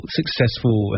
successful